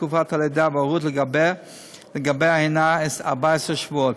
תקופת הלידה וההורות היא 14 שבועות.